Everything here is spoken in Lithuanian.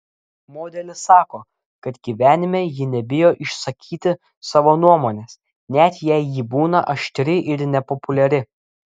modelis sako kad gyvenime ji nebijo išsakyti savo nuomonės net jei ji būna aštri ir nepopuliari